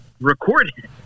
recorded